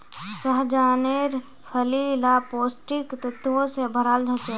सह्जानेर फली ला पौष्टिक तत्वों से भराल होचे